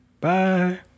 Bye